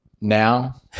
Now